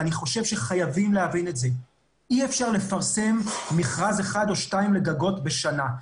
וחייבים להבין אי אפשר לפרסם מכרז אחד או שניים לגגות בשנה.